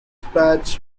patch